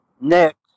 Next